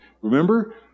Remember